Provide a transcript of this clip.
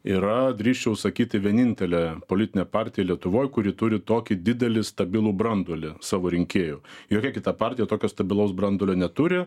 yra drįsčiau sakyti vienintelė politinė partija lietuvoj kuri turi tokį didelį stabilų branduolį savo rinkėjų jokia kita partija tokio stabilaus branduolio neturi